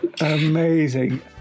amazing